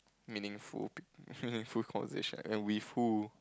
meaningful meaningful conversation and with who